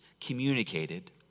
communicated